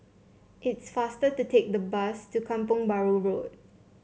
it's faster to take the bus to Kampong Bahru Road